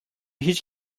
hiç